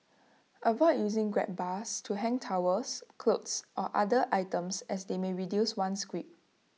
avoid using grab bars to hang towels clothes or other items as they may reduce one's grip